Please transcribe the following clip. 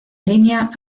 línea